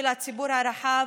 של הציבור הרחב,